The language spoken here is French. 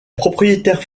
propriétaires